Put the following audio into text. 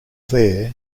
there